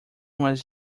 was